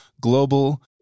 global